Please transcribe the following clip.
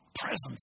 presence